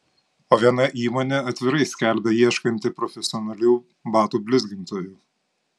o viena įmonė atvirai skelbia ieškanti profesionalių batų blizgintojų